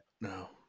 No